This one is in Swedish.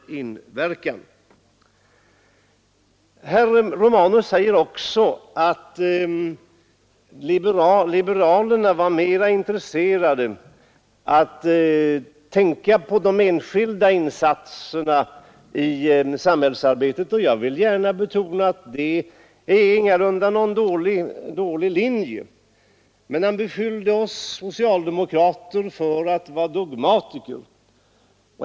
Herr Romanus sade också att liberalerna var mera intresserade av att tänka på de enskilda insatserna i samhällsarbetet. Jag vill gärna betona, att detta ingalunda är någon dålig linje. Men han beskyllde oss socialdemokrater för att vara dogmatiker.